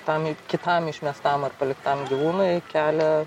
tam kitam išmestam ar paliktam gyvūnui kelią